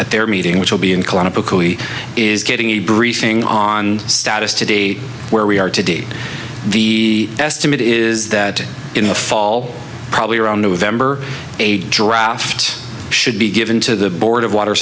at their meeting which will be in cologne it is getting a briefing on status today where we are today the estimate is that in the fall probably around november a draft should be given to the board of water